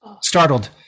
Startled